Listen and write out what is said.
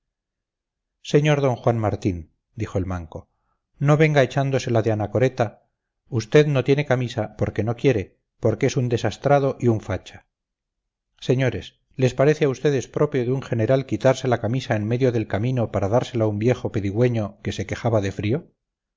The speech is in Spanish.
sr d juan martín dijo el manco no venga echándosela de anacoreta usted no tiene camisa porque no quiere porque es un desastrado y un facha señores les parece a ustedes propio de un general quitarse la camisa en medio del camino para dársela a un viejo pedigüeño que se quejaba de frío